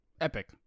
Epic